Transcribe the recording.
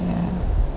ya